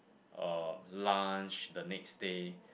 um lunch the next day